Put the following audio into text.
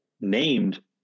named